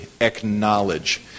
Acknowledge